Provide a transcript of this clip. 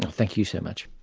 thank you so much.